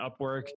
Upwork